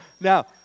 Now